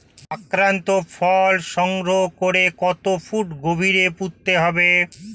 আক্রান্ত ফল সংগ্রহ করে কত ফুট গভীরে পুঁততে হবে?